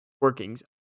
workings